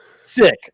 sick